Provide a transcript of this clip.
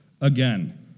again